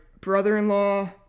brother-in-law